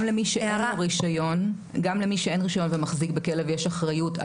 גם למי שאין לו רישיון ומחזיק בכלב יש אחריות.